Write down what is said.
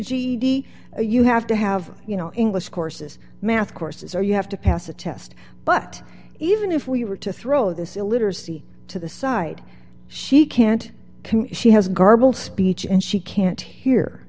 ged you have to have you know english courses math courses or you have to pass a test but even if we were to throw this illiteracy to the side she can't can she has garbled speech and she can't he